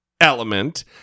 element